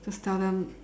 just tell them